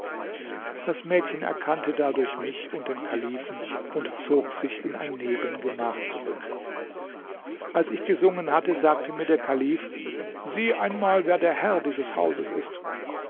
das mädchen erkannte dadurch mich und den kalifen und zog sich in ein nebengemach zurück als ich gesungen hatte sagte mir der kalif sieh einmal wer der herr dieses hauses ist